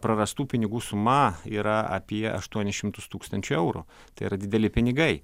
prarastų pinigų suma yra apie aštuonis šimtus tūkstančių eurų tai yra dideli pinigai